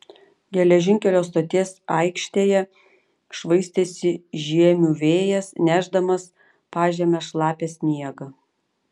geležinkelio stoties aikštėje švaistėsi žiemių vėjas nešdamas pažeme šlapią sniegą